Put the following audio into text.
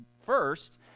first